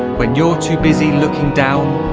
when you're too busy looking down,